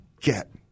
get